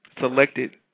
selected